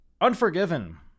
Unforgiven